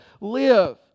live